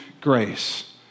grace